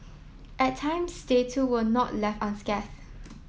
at times they too were not left unscathed